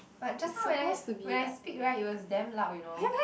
but just now when I when I speak right it was damn loud you know